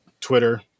Twitter